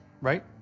right